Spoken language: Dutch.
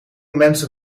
mensen